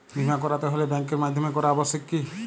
বিমা করাতে হলে ব্যাঙ্কের মাধ্যমে করা আবশ্যিক কি?